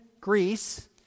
Greece